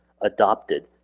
adopted